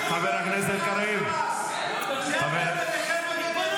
--- קריב, חבר הכנסת קריב.